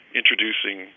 introducing